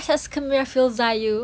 kau suka filzah you